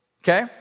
okay